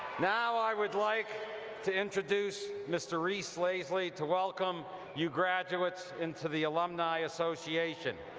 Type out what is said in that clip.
now i would like to introduce mr. reese lasley to welcome you graduates into the alumni association.